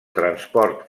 transport